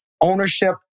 ownership